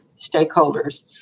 stakeholders